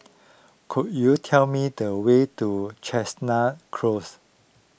could you tell me the way to Chestnut Close